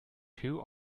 two